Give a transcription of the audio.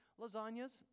lasagnas